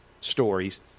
stories